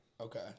Okay